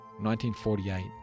1948